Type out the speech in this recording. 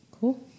Cool